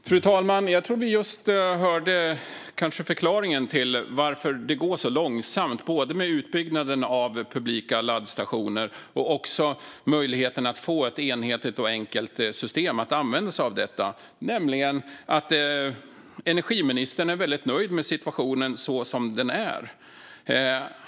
Fru talman! Jag tror att vi just fick förklaringen till varför det går så långsamt med utbyggnaden av publika laddstationer och med att få ett enhetligt och enkelt system att använda, nämligen att energiministern är nöjd med situationen som den är.